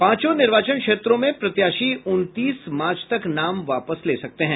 पांचों निर्वाचन क्षेत्रों में प्रत्याशी उनतीस मार्च तक नाम वापस ले सकते हैं